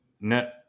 No